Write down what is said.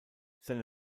seine